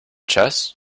chess